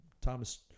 Thomas